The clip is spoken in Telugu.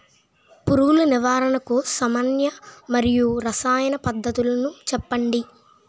పురుగుల నివారణకు సామాన్య మరియు రసాయన పద్దతులను చెప్పండి?